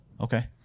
Okay